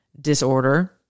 disorder